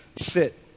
sit